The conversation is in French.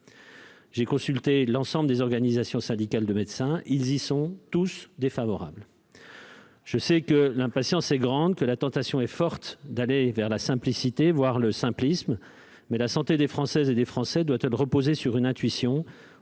J'ai consulté l'ensemble des organisations syndicales de médecins : elles y sont toutes défavorables. Je sais que l'impatience est grande et que, partant, la tentation est forte d'aller vers la simplicité, voire le simplisme. Mais la santé des Françaises et des Français doit-elle reposer sur une intuition